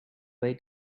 way